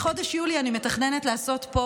בחודש יולי אני מתכננת לעשות פה,